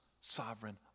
sovereign